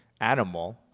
animal